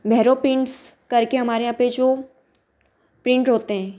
Bhairav paints करके हमारे यहाँ पर जो पेंट होते हैं